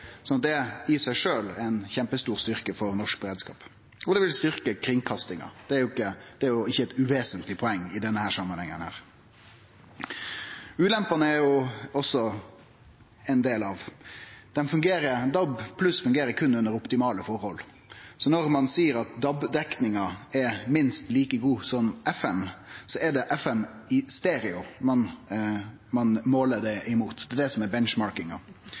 Det i seg sjølv er ein kjempestor styrke for norsk beredskap, og det vil styrkje kringkastinga. Det er ikkje eit uvesentleg poeng i denne samanhengen. Ulempene er det også ein del av. DAB+ fungerer berre under optimale forhold, så når ein seier at DAB-dekninga er minst like god som FM-dekninga, er det FM i stereo ein måler det mot. Det er det som er